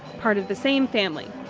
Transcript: part of the same family.